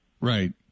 right